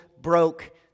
broke